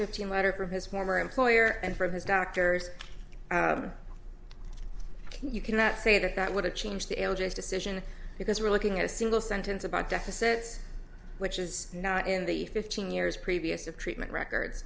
fifteen letter from his former employer and from his doctors you cannot say that that wouldn't change the decision because we're looking at a single sentence about deficits which is now in the fifteen years previous of treatment records